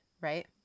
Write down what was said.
right